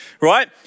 right